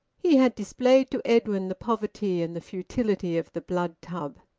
he had displayed to edwin the poverty and the futility of the blood tub.